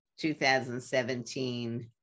2017